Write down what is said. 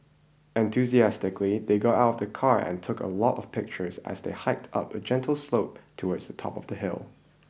enthusiastically they got out of the car and took a lot of pictures as they hiked up a gentle slope towards the top of the hill